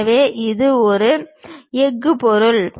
எனவே இது ஒரு எஃகு பொருள்